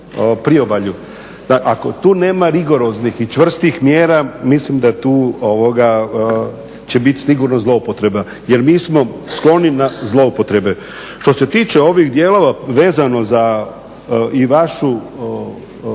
priobalju. Ako tu nema rigoroznih i čvrstih mjera mislim da tu ovoga će biti sigurno zloupotreba jer mi smo skloni na zloupotrebe. Što se tiče ovih dijelova vezano za i vašu